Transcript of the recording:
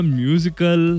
musical